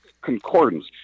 concordance